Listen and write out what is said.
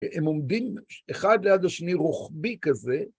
הם עומדים אחד ליד השני רוחבי כזה,